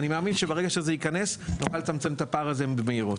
אני מאמין שברגע שזה ייכנס נוכל לצמצם את הפער הזה במהירות.